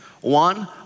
One